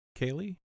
Kaylee